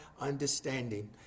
understanding